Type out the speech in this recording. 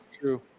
True